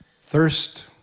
Thirst